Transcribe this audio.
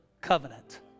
covenant